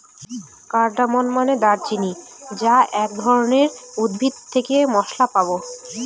cardamom মানে দারুচিনি যা এক ধরনের উদ্ভিদ এর থেকে মসলা পাবো